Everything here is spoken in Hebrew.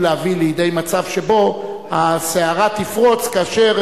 להביא לידי מצב שבו הסערה תפרוץ כאשר